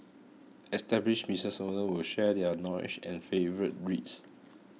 established business owners will share their knowledge and favourite reads